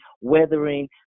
weathering